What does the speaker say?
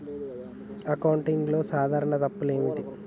అకౌంటింగ్లో సాధారణ తప్పులు ఏమిటి?